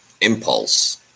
impulse